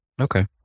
Okay